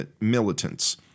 militants